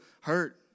hurt